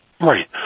Right